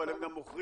אבל הם גם מוכרים,